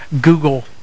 Google